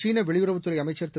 சீன வெளியுறவுத் துறை அமைச்சர் திரு